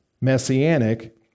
messianic